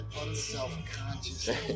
unselfconscious